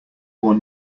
one